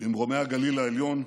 במרומי הגליל העליון,